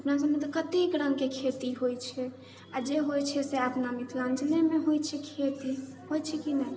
अपना सबमे तऽ कतेक रङ्गके खेती होइ छै आओर जे होइ छै से अपना मिथिलाञ्चलेमे होइ छै खेती होइ छै कि नहि